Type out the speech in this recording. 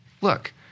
look